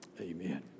Amen